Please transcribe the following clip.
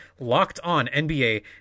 LOCKEDONNBA